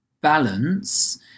balance